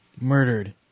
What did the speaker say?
murdered